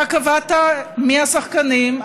אתה קבעת מי השחקנים,